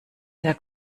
der